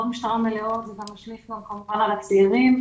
משטרה מלאה וזה כמובן משליך על הצעירים.